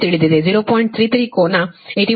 33 ಕೋನ 81